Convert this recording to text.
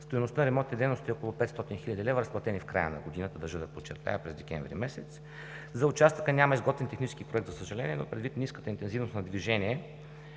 Стойността на ремонтните дейности е около 500 хил. лв., разплатени в края на годината. Държа да подчертая – през декември месец. За участъка няма изготвен технически проект, за съжаление, но предвид ниската интензивност на движение